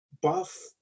buff